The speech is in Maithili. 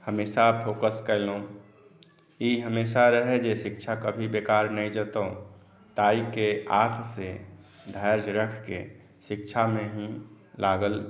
हमेशा फोकस कयलहुँ ई हमेशा रहए जे शिक्षा कभी बेकार नहि जैतहुँ ताहिके आशसँ धैर्य राखिके शिक्षामे ही लागल